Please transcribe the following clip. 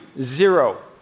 Zero